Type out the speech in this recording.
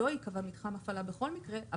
לא ייקבע מתחם הפעלה בכל מקרה,